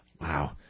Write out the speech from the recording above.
Wow